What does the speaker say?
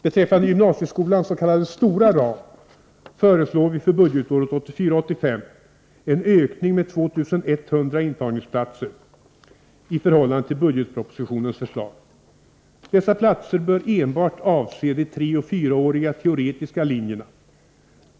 Beträffande gymnasieskolans s.k. stora ram föreslår vi för budgetåret 1984/85 en ökning med 2 100 intagningsplatser i förhållande till budgetpropositionens förslag. Dessa platser bör enbart avse de treeller fyraåriga teoretiska linjerna.